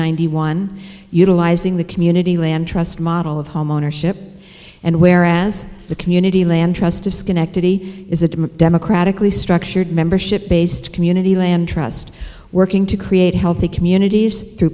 ninety one utilizing the community land trust model of homeownership and where as the community land trust to schenectady is admit democratically structured membership based community land trust working to create healthy communities through